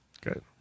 Good